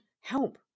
help